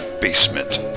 Basement